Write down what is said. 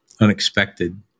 unexpected